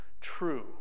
true